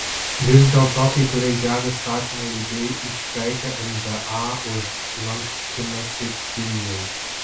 vis dėlto kai kurie jav įstatymų leidėjai išpeikė nba už lankstymąsi kinijai